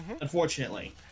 unfortunately